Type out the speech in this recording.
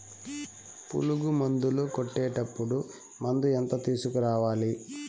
పులుగు మందులు కొట్టేటప్పుడు మందు ఎంత తీసుకురావాలి?